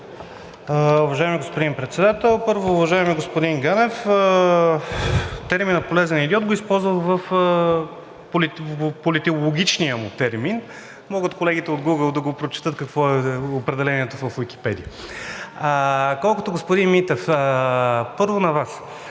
Уважаеми господин Председател! Първо, уважаеми господин Ганев, термина „полезен идиот“ го използвах като политологичен термин. Могат колегите от Гугъл да прочетат какво е определението в Уикипедия. Колкото, господин Митев, първо на Вас.